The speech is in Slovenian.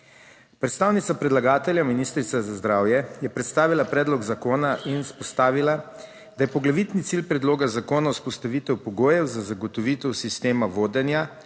Predstavnica predlagatelja, ministrica za zdravje, je predstavila predlog zakona in izpostavila, da je poglavitni cilj predloga zakona vzpostavitev pogojev za zagotovitev sistema vodenja